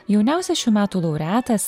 jauniausias šių metų laureatas